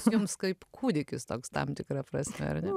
jums kaip kūdikis toks tam tikra prasme